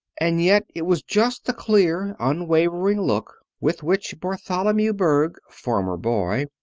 and yet it was just the clear, unwavering look with which bartholomew berg, farmer boy,